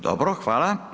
Dobro, hvala.